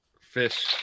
fish